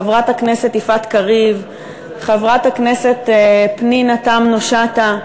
חברת הכנסת יפעת קריב וחברת הכנסת פנינה תמנו-שטה: